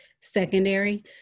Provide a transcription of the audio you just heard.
secondary